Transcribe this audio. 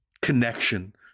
connection